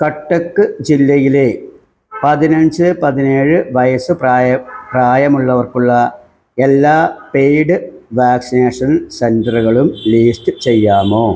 കട്ടക്ക് ജില്ലയിലെ പതിനഞ്ച് പതിനേഴ് വയസ്സ് പ്രായം പ്രായമുള്ളവർക്കുള്ള എല്ലാ പെയ്ഡ് വാക്സിനേഷൻ സെൻ്ററുകളും ലീസ്റ്റ് ചെയ്യാമോ